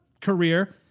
career